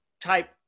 type